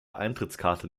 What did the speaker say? eintrittskarte